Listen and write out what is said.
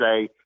say